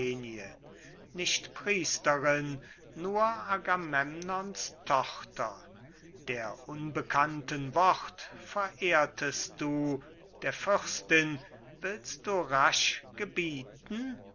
nicht priesterin nur agamemnons tochter der unbekannten wort verehrtest du der fürstin willst du rasch gebieten